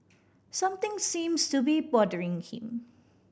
something seems to be bothering him